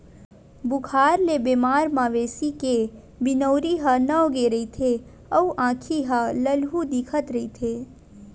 बुखार ले बेमार मवेशी के बिनउरी ह नव गे रहिथे अउ आँखी ह ललहूँ दिखत रहिथे